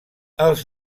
els